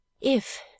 If